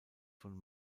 von